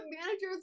managers